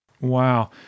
Wow